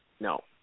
no